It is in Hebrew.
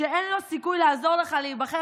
שאין לו סיכוי לעזור לך להיבחר,